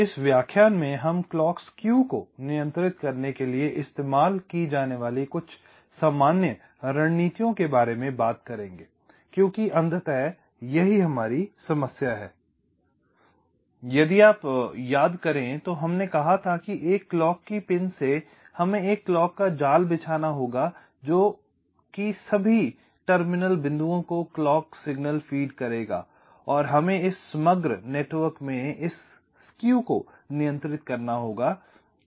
इस व्याख्यान में हम क्लॉक स्क्यू को नियंत्रित करने के लिए इस्तेमाल की जाने वाली कुछ सामान्य रणनीतियों के बारे में बात करेंगे क्योंकि अंततः यही हमारी समस्या हैं यदि आप याद करें तो हमने कहा था कि एक क्लॉक की पिन से हमें एक क्लॉक का जाल बिछाना होगा जो को सभी टर्मिनल बिंदुओं को क्लॉक संकेत फीड करेगा और हमें इस समग्र नेटवर्क में इस स्क्यू को नियंत्रित करना होगा